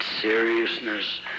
seriousness